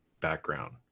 background